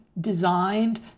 designed